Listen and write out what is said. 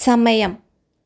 സമയം